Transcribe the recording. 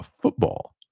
football